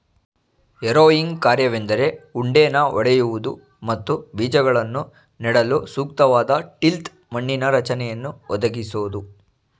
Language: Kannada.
ಹೆರೋಯಿಂಗ್ ಕಾರ್ಯವೆಂದರೆ ಉಂಡೆನ ಒಡೆಯುವುದು ಮತ್ತು ಬೀಜಗಳನ್ನು ನೆಡಲು ಸೂಕ್ತವಾದ ಟಿಲ್ತ್ ಮಣ್ಣಿನ ರಚನೆಯನ್ನು ಒದಗಿಸೋದು